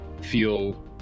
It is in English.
feel